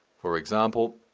for example,